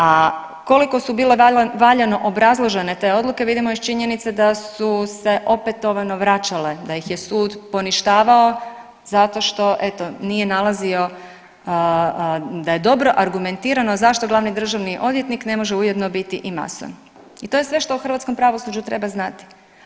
A koliko su bile valjano obrazložene te odluke vidimo iz činjenice da su se opetovano vraćale, da ih je sud poništavao zato što eto nije nalazio da je dobro argumentirano zašto glavni državni odvjetnik ne može ujedno biti i mason i to je sve što u hrvatskom pravosuđu treba znati.